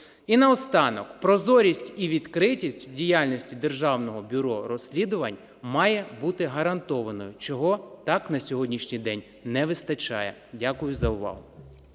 І наостанок. Прозорість і відкритість в діяльності Державного бюро розслідувань має бути гарантованою, чого так на сьогоднішній день не вистачає. Дякую за увагу.